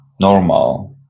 normal